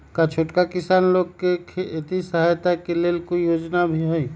का छोटा किसान लोग के खेती सहायता के लेंल कोई योजना भी हई?